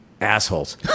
assholes